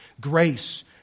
grace